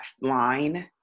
line